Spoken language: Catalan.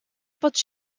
pots